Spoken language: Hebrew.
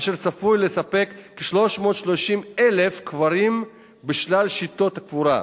אשר צפוי לספק כ-330,000 קברים בשלל שיטות קבורה.